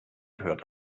gehört